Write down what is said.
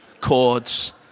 chords